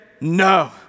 no